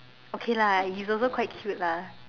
okay lah he's also quite cute lah